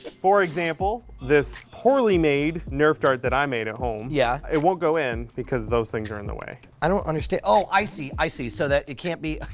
for example, this poorly made nerf dart that i made at home. brian yeah. it won't go in because those things are in the way. i don't understand, oh i see, i see so that it can't be.